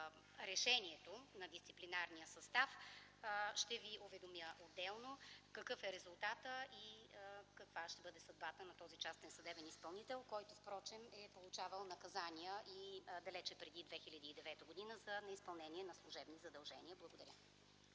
решението на дисциплинарния състав, ще Ви уведомя отделно: какъв е резултатът и каква ще бъде съдбата на този частен съдебен изпълнител, който впрочем, е получавал наказания и далече преди 2009 г. за неизпълнение на служебни задължения. Благодаря.